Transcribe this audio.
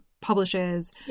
publishes